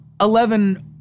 Eleven